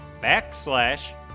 backslash